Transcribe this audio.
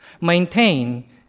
Maintain